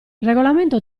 regolamento